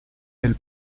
elle